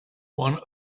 one